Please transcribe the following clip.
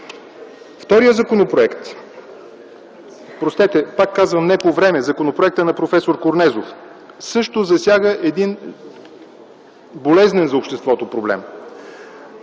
Вторият законопроект. Простете, пак казвам, не по време – законопроектът на проф. Корнезов. Също засяга един болезнен за обществото проблем.